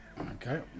Okay